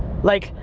like,